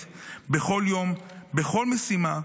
קריאה, כל מבצע,